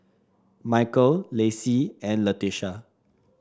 Michael Lacey and Leticia